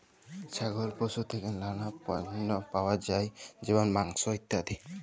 ছাগল পশু থেক্যে লালা পল্য পাওয়া যায় যেমল মাংস, ইত্যাদি